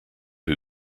who